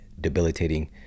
debilitating